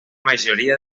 majoria